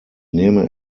nehme